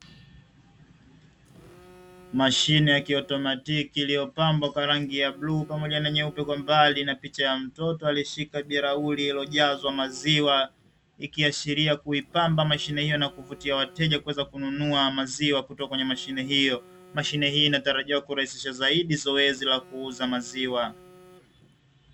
Mashine ya kiautomatiki iliyopambwa kwa rangi ya bluu pamoja nyeupe kwa mbali na picha ya mtoto aliyeshika bilauri iliyojazwa maziwa, ikiashiria kuipamba mashine hiyo na kuvutia wateja kuweza kununua maziwa kutoka kwenye mashine hiyo. Mashine hii inatarajiwa kurahisisha zaidi zoezi la kuuza maziwa.